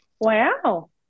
Wow